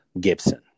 Gibson